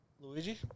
Luigi